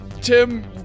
Tim